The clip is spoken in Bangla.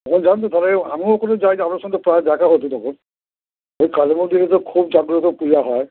ওখানে যান তো তাহলে আমিও ওখান দিয়ে যাই আপনার সাথে প্রায় দেখা হত তাহলে ওই কালী মন্দিরে তো খুব জাগ্রত্র পুজো হয়